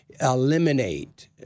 eliminate—